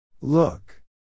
look